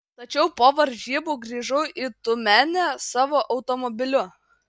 tačiau po varžybų grįžau į tiumenę savo automobiliu